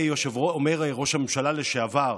אומר ראש הממשלה לשעבר,